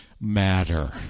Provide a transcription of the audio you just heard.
matter